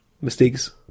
mistakes